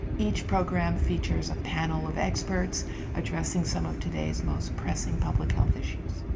each program features a panel of experts addressing some of today's most pressing public health issues.